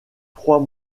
trois